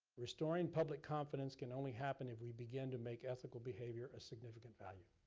restoring public confidence can only happen if we begin to make ethical behavior a significant value.